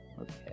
Okay